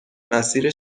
مسیر